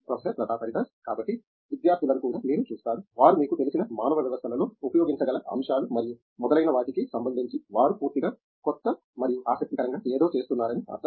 professor Pratap Haridas కాబట్టి విద్యార్థులను కూడా మీరు చూస్తారా వారు మీకు తెలిసిన మానవ వ్యవస్థలలో ఉపయోగించగల అంశాలు మరియు మొదలైన వాటికి సంబంధించి వారు పూర్తిగా క్రొత్త మరియు ఆసక్తికరంగా ఏదో చేస్తున్నారని అర్థం